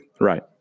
Right